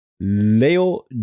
leo